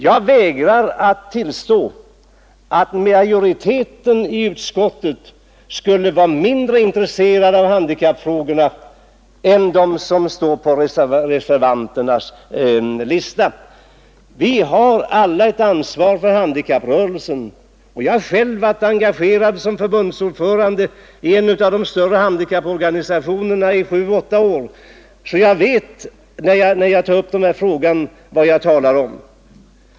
Jag vägrar att tillstå att majoriteten i utskottet skulle vara mindre intresserad av handikappfrågorna än dem som står på reservanternas lista. Vi har alla ett ansvar för handikapprörelsen. Jag har själv varit engagerad såsom förbundsord förande i en av de större handikapporganisationerna i sju åtta år, så jag vet, när jag tar upp denna fråga, vad jag talar om.